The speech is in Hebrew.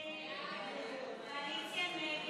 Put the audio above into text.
הצעת סיעת הרשימה המשותפת